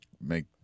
make